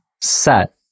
set